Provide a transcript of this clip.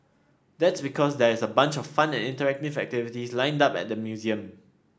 that's because there's a bunch of fun and interactive activities lined up at the museum